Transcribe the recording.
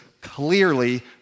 clearly